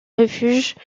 refuge